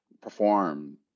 perform